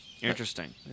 Interesting